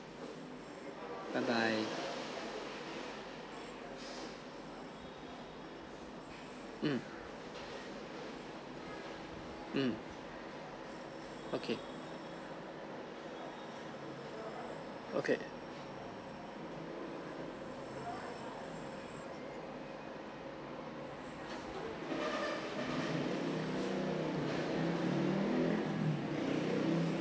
bye bye um um okay okay